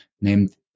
named